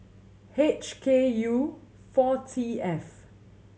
H K U four T F